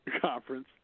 conference